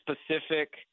specific